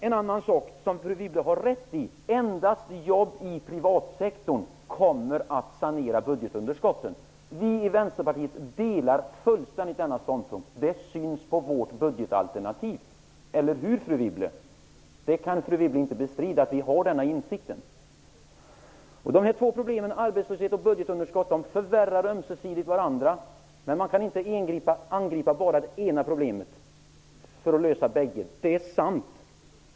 En sak har fru Wibble rätt i: endast jobb i den privata sektorn kommer att sanera budgetunderskottet. Vi i Vänsterpartiet delar fullständigt denna ståndpunkt. Det syns på vårt budgetalternativ; eller hur fru Wibble? Fru Wibble kan inte bestrida att vi har denna insikt. Arbetslösheten och budgetunderskottet förvärrar ömsesidigt varandra. Man kan inte angripa bara det ena problemet för att lösa båda.